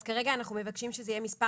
אז כרגע אנחנו מבקשים שזה יהיה מספר